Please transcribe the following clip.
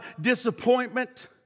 disappointment